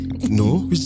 No